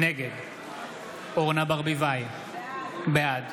נגד אורנה ברביבאי, בעד